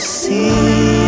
see